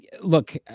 look